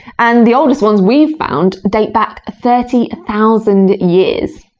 and the oldest ones we've found date back thirty thousand years.